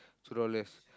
two dollars